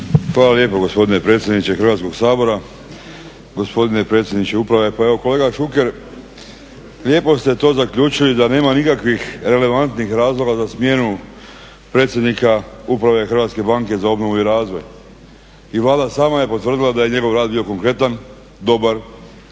Hvala lijepo gospodine predsjedniče Hrvatskog sabora. Gospodine predsjedniče uprave. Pa evo kolega Šuker lijepo ste to zaključili da nema nikakvih relevantnih razloga za smjenu predsjednika uprave HBOR-a. i Vlada je sama potvrdila da je njegov rad bio konkretan, dobar,